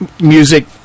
music